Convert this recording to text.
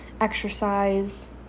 exercise